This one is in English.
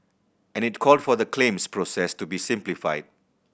and it called for the claims process to be simplified